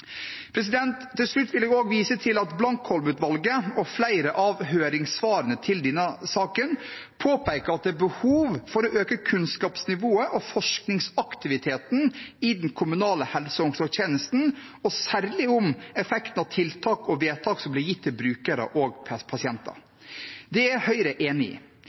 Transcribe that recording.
Til slutt vil jeg også vise til at Blankholm-utvalget og flere av høringssvarene til denne saken påpeker at det er behov for å øke kunnskapsnivået og forskningsaktiviteten i den kommunale helse- og omsorgstjenesten, og særlig omkring effekten av tiltak og vedtak som blir gitt til brukere og pasienter. Det er Høyre enig i.